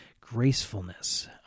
gracefulness